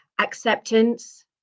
acceptance